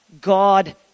God